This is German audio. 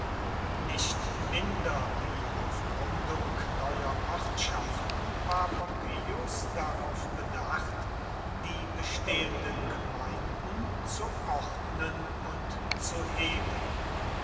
nicht minder wie auf gründung neuer ortschaften war pompeius darauf bedacht die bestehenden gemeinden zu ordnen und zu heben